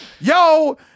Yo